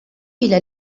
إلى